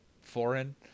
foreign